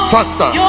Faster